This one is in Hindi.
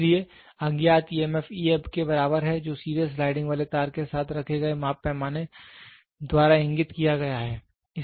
इसलिए अज्ञात ईएमएफ के बराबर है जो सीधे स्लाइडिंग वाले तार के साथ रखे गए माप पैमाने द्वारा इंगित किया गया है